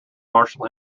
marshall